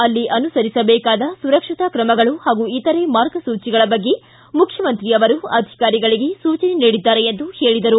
ಅಲ್ಲಿ ಅನುಸರಿಸಬೇಕಾದ ಸುರಕ್ಷತಾ ತ್ರಮಗಳು ಪಾಗೂ ಇತರೆ ಮಾರ್ಗಸೂಚಿಗಳ ಬಗ್ಗೆ ಮುಖ್ಯಮಂತ್ರಿಯವರು ಅಧಿಕಾರಿಗಳಿಗೆ ಸೂಚನೆ ನೀಡಿದ್ದಾರೆ ಎಂದು ತಿಳಿಸಿದರು